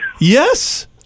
Yes